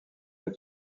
est